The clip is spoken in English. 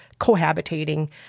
cohabitating